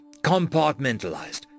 compartmentalized